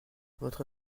votre